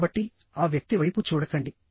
కాబట్టి ఆ వ్యక్తి వైపు చూడకండి